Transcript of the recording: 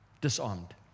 Disarmed